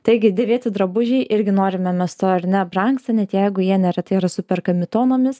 taigi dėvėti drabužiai irgi norime mes to ar ne brangsta net jeigu jie neretai yra superkami tonomis